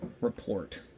report